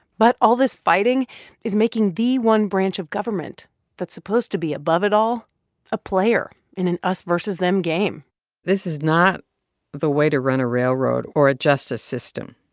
but all this fighting is making the one branch of government that's supposed to be above it all a player in an us versus them game this is not the way to run a railroad or a justice system,